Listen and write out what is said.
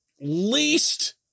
least